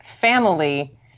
family